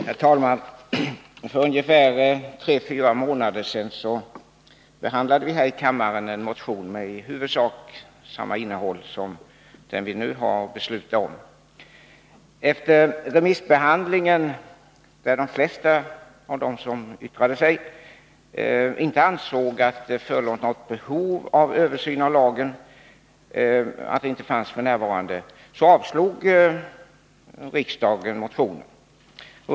Herr talman! För ungefär tre månader sedan behandlade vi här i kammaren en motion med i huvudsak samma innehåll som den vi nu har att besluta om. Efter remissbehandling, där de flesta av dem som yttrade sig ansåg att det för tillfället inte förelåg något behov av översyn av lagen, avslog riksdagen motionen.